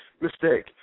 mistake